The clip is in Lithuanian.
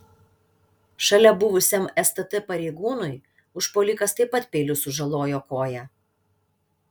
šalia buvusiam stt pareigūnui užpuolikas taip pat peiliu sužalojo koją